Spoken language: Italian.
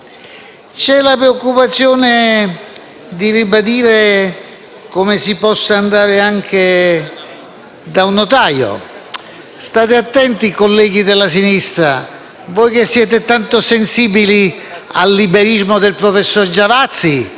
State attenti, colleghi della sinistra, voi che siete tanto sensibili al liberismo del professor Giavazzi, arriverà il consueto articolo contro i notai, valorizzati da questo